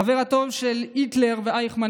חברם הטוב של היטלר ואייכמן,